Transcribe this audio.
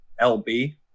LB